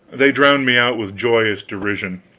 they drowned me out with joyous derision.